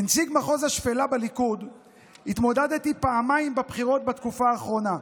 כנציג מחוז השפלה בליכוד התמודדתי פעמיים בבחירות בתקופה האחרונה,